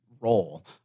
role